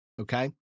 Okay